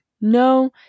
no